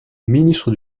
ministre